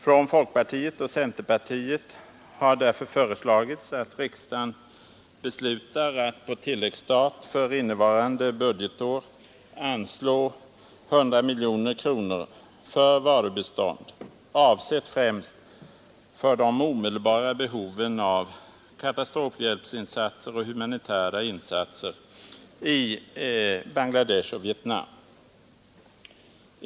Från folkpartiet och centerpartiet har därför föreslagits att riksdagen beslutar att på tilläggsstat för innevarande budgetår anslå 100 miljoner kronor för varubistånd, avsett främst för de omedelbara behoven av katastrofhjälpsinsatser och humanitära insatser i Bangladesh och Vietnam.